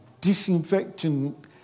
disinfecting